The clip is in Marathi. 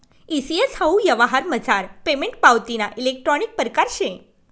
ई सी.एस हाऊ यवहारमझार पेमेंट पावतीना इलेक्ट्रानिक परकार शे